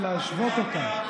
ולא התכוונתי להשוות אותם,